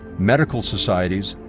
medical societies,